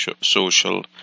social